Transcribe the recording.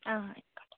ആ ആയിക്കോട്ടെ